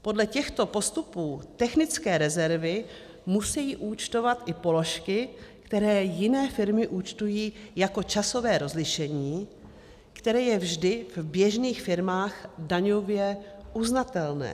Podle těchto postupů technické rezervy musejí účtovat i položky, které jiné firmy účtují jako časové rozlišení, které je vždy v běžných firmách daňově uznatelné.